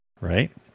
right